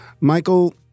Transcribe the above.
Michael